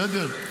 בסדר?